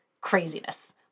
craziness